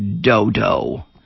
Dodo